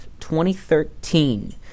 2013